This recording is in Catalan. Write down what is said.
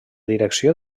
direcció